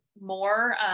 more